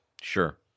Sure